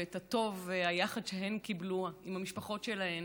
ואת הטוב והיחד שהן קיבלו עם המשפחות שלהן